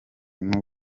n’u